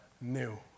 new